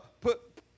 put